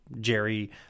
Jerry